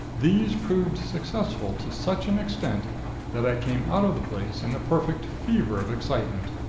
these proved successful to such an extent that i came out of the place in a perfect fever of excitement.